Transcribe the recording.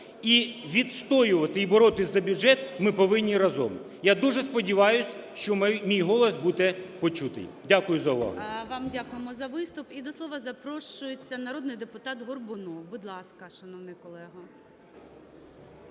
і відстоювати, і боротися за бюджет ми повинні разом. Я дуже сподіваюся, що мій голос буде почутий. Дякую за увагу.